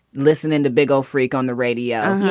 listening to big old freak on the radio.